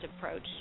approach